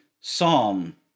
psalm